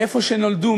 מאיפה שנולדו,